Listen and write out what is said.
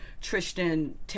Tristan